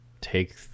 take